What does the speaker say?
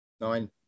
nine